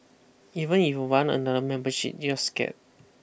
even if you want another membership you're scared